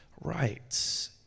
right